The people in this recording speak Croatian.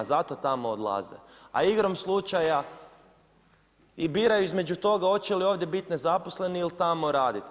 Zato tamo odlaze, a igrom slučaja i biraju između toga hoće li ovdje biti nezaposleni ili tamo raditi.